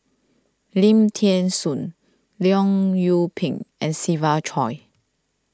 Lim thean Soo Leong Yoon Pin and Siva Choy